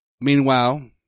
Meanwhile